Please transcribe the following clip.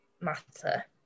matter